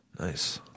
Nice